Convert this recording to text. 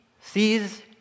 sees